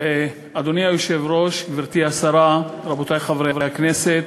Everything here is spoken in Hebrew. אדוני היושב-ראש, גברתי השרה, רבותי חברי הכנסת,